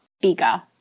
bigger